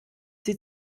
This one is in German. sie